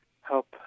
help